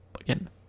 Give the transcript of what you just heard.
again